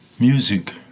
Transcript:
Music